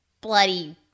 bloody